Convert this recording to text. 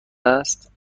است